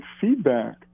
feedback